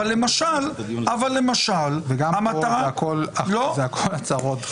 אבל, למשל --- חבר הכנסת קריב, זה הכול הצהרות.